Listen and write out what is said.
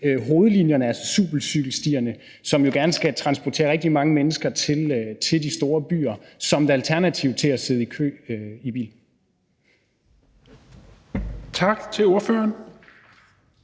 hovedlinjerne, altså supercykelstierne, som jo gerne skal transportere rigtig mange mennesker til de store byer, som et alternativ til at sidde i kø i bil. Kl. 16:28 Tredje